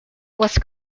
was